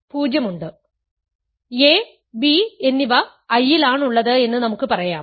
a b എന്നിവ I ലാണുള്ളത് എന്ന് നമുക്ക് പറയാം